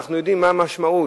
אנחנו יודעים מה המשמעות.